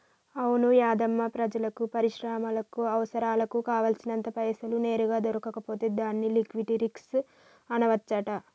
అవును యాధమ్మా ప్రజలకు పరిశ్రమలకు అవసరాలకు కావాల్సినంత పైసలు నేరుగా దొరకకపోతే దాన్ని లిక్విటీ రిస్క్ అనవచ్చంట